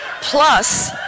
Plus